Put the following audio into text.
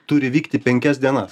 turi vykti penkias dienas